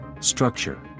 Structure